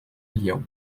اليوم